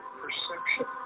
perception